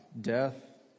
Death